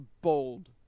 bold